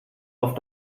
auf